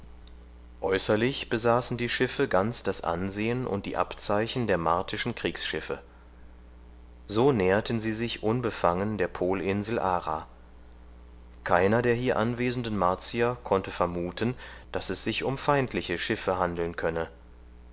äußerlich besaßen die schiffe ganz das ansehen und die abzeichen der martischen kriegsschiffe so näherten sie sich unbefangen der polinsel ara keiner der hier anwesenden martier konnte vermuten daß es sich um feindliche schiffe handeln könne